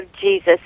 Jesus